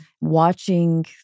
watching